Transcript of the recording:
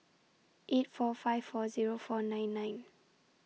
eight four five four Zero four nine nine